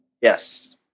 Yes